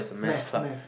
math math